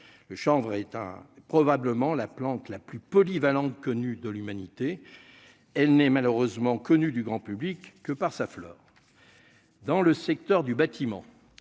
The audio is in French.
le chanvre est éteint probablement la plante la plus polyvalente connus de l'humanité, elle n'est malheureusement connue du grand public que par sa fleur dans le secteur du bâtiment.